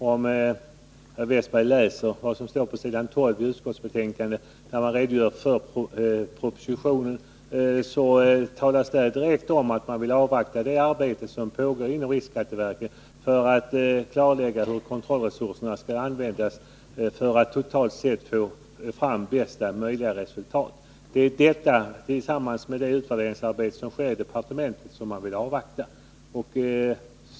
Om herr Westberg i Hofors läser vad som står på s. 12 i utskottsbetänkandet, där det redogörs för propositionen, finner han att det där talas om att vi vill avvakta det arbete som pågår inom riksskatteverket för klarläggande av hur kontrollresurserna skall användas för att man totalt sett skall få fram bästa möjliga resultat. Det är detta — tillsammans med det utvärderingsarbete som sker i departementet — som vi vill avvakta.